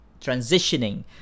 transitioning